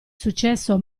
successo